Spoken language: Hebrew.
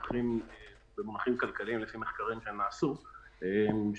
לפי מחקרים שנעשו,